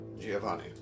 Giovanni